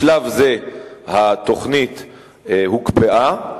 בשלב זה התוכנית הוקפאה,